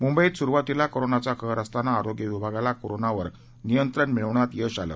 मुंबईत सुरुवातीला कोरोनाचा कहर असताना आरोग्य विभागाला कोरोनावर नियंत्रण मिळवण्यात यश आलं